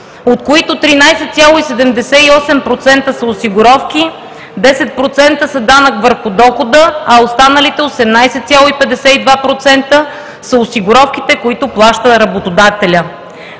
от които 13,78% са осигуровки, 10% са данък върху дохода, а останалите 18,52% са осигуровките, които плаща работодателят.